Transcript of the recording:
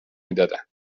میدادن